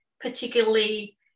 particularly